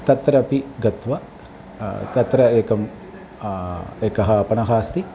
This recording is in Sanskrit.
तत्रपि गत्वा तत्र एकं एकः आपणः अस्ति